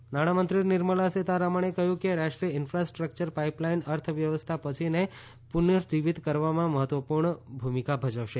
નિર્મલા માળખા નાણામંત્રી નિર્મલા સીતારામણે કહ્યું કે રાષ્ટ્રીય ઈન્ફાસ્ટ્રક્યર પાઇપલાઇન અર્થવ્યવસ્થા પછીને પુનર્જીવિત કરવામાં મહત્વપૂર્ણ ભૂમિકા ભજવશે